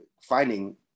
finding